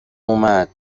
اومد